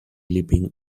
leaping